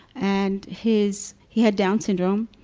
and his, he had down syndrome.